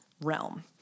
realm